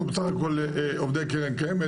אנחנו בסך הכל עובדי קרן קיימת,